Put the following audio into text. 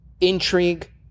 intrigue